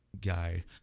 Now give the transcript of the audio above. guy